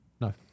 No